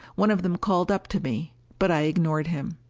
one of them called up to me, but i ignored him.